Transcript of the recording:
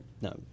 no